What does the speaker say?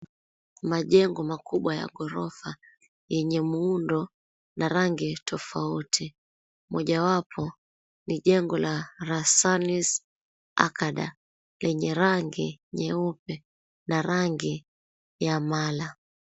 Majengo makubwa ya ghorofa yenye muundo na rangi tofauti. Mmojawapo ni jengo la Rasanis Arcade lenye rangi nyeupe na rangi ya mala.